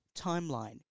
timeline